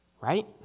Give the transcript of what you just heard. right